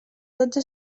dotze